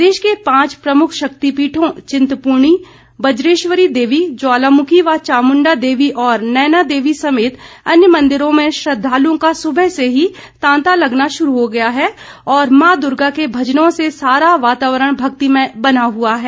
प्रदेश के पांच प्रमुख शक्तिपीठों चिंतपूर्णी बज्जेश्वरी देवी ज्वालामुखी व चामुण्डा देवी और नयना देवी समेत अन्य मन्दिरों में श्रद्वालुओं का सुबह से ही तांता लगना शुरू हो गया और मां दुर्गा के भजनों से सारा वातावरण भक्तिमय बना हुआ है